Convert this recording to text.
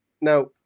Now